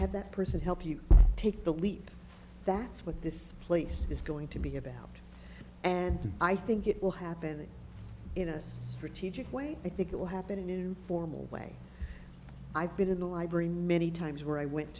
have that person help you take the leap that's what this place is going to be about and i think it will happen in a strategic way i think it will happen in formal way i've been in the library many times where i went